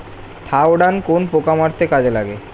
Thiodan কোন পোকা মারতে কাজে লাগে?